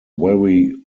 very